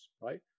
right